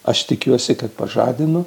aš tikiuosi kad pažadino